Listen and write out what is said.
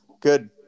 Good